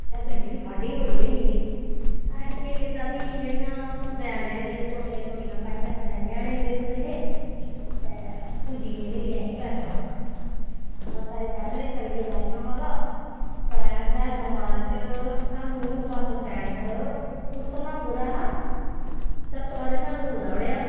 ते गड्डी च ठंड बी बड़ी होई गेदी ही असें केह् कीता भाई जेह्ड़ियां बैग लैते दे हे कोटियां शोटियां पाइयां कन्नै ञ्यानें बी लेते दे हे ते पुज्जी गे फिर असीं बैष्णो माता बस्सा च बैठे ते चली गे बैष्णो माता ते बैष्णो माता च सानूंं बस स्टैंड पर उतरना कुतै हा ते तोआरी सानूं कुतै ओड़ेआ